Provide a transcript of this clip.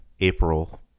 April